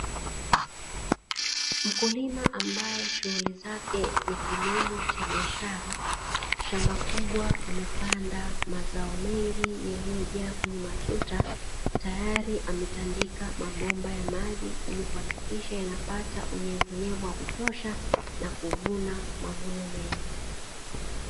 Mkulima ambaye shughuli zake ni kilimo cha biashara shamba kubwa, amepanda mazao mengi yaliyojaa kwenye matuta tayari ametandika mabomba ya maji ili kuhakikisha yanapata unyevunyevu wa kutosha na kuvuna mavuno mengi.